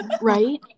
right